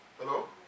Hello